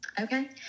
Okay